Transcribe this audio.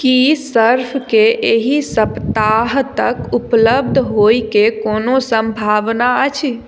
की सर्फके एहि सप्ताह तक उपलब्ध होइ के कोनो सम्भावना अछि